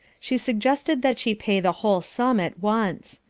she suggested that she pay the whole sum at once.